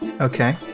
okay